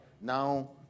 Now